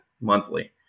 monthly